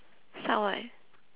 start what